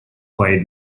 played